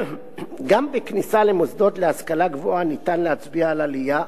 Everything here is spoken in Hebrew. גם בכניסה למוסדות להשכלה גבוהה אפשר להצביע על עלייה.